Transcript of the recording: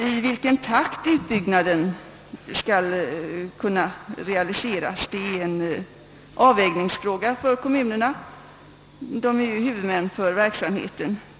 I vilken takt utbyggnaden skall kunna realiseras är en avvägningsfråga för kommunerna, som är huvudmän för verksamheten.